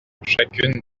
chacune